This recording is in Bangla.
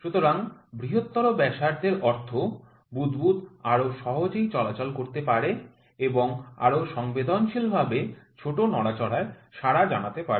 সুতরাং বৃহত্তর ব্যাসার্ধের অর্থ বুদবুদ আরও সহজেই চলাচল করতে পারে এবং আরও সংবেদনশীলভাবে ছোট নড়াচড়ায় সাড়া জানাতে পারে